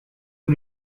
the